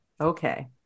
okay